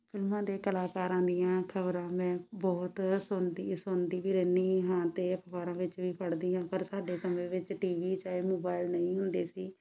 ਫਿਲਮਾਂ ਦੇ ਕਲਾਕਾਰਾਂ ਦੀਆਂ ਖਬਰਾਂ ਮੈਂ ਬਹੁਤ ਸੁਣਦੀ ਸੁਣਦੀ ਵੀ ਰਹਿੰਦੀ ਹਾਂ ਅਖਬਾਰਾਂ ਵਿੱਚ ਵੀ ਪੜਦੀ ਹਾਂ ਪਰ ਸਾਡੇ ਸਮੇਂ ਵਿੱਚ ਟੀ ਵੀ ਚਾਹੇ ਮੋਬਾਇਲ ਨਹੀਂ ਹੁੰਦੇ ਸੀ